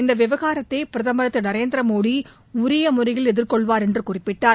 இந்த விவகாரத்தை பிரதமர் திரு நரேந்திரமோடி உரிய முறையில் எதிர்கொள்வார் என்று குறிப்பிட்டார்